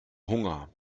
hunger